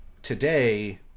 Today